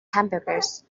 hamburgers